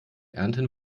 ernten